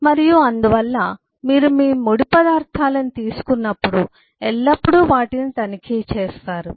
మరియు అందువల్ల మీరు ముడి పదార్థాలను తీసుకున్నప్పుడు ఎల్లప్పుడూ వాటిని తనిఖీ చేస్తారు